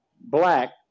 black